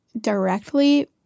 directly